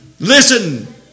listen